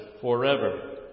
forever